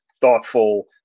thoughtful